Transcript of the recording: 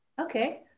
Okay